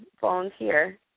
volunteer